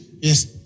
Yes